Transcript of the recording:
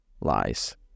lies